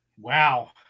Wow